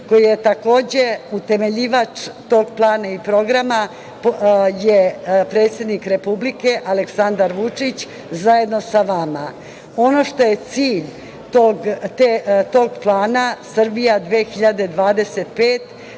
koji je utemeljivač tog plana i programa predsednik Republike Aleksandar Vučić zajedno sa vama. Ono što je cilj tog plana „Srbija 2025“